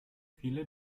viele